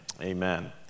Amen